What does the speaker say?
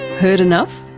heard enough?